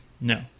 No